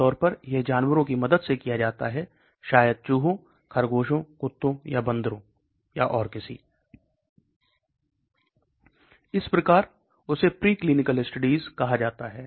आम तौर पर यह जानवरों की मदद से किया जाता है शायद चूहों खरगोशों कुत्तों या बंदरों और इस प्रकार उसे प्रीक्लिनिकल स्टडीज कहा जाता है